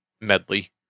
medley